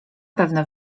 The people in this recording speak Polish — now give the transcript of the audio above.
pewno